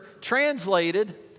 translated